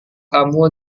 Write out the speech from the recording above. kamu